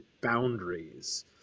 boundaries